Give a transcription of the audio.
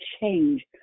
change